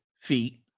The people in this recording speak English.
feet